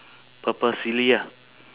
purple silly ah